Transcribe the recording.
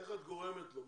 איך את גורמת לו?